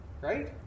right